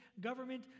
government